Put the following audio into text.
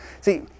See